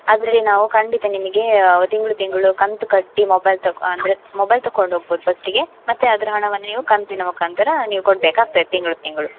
ಅದ್ರಲ್ಲಿ ನಾವು ಖಂಡಿತ ನಿಮಗೆ ತಿಂಗ್ಳು ತಿಂಗಳು ಕಂತು ಕಟ್ಟಿ ಮೊಬೈಲ್ ತಕ ಅಂದರೆ ಮೊಬೈಲ್ ತಕೊಂಡು ಹೋಗ್ಬೋದ್ ಫಸ್ಟಿಗೆ ಮತ್ತು ಅದರ ಹಣವನ್ನು ನೀವು ಕಂತಿನ ಮುಖಾಂತರ ನೀವು ಕೊಡ್ಬೇಕಾಗ್ತದೆ ತಿಂಗ್ಳು ತಿಂಗಳು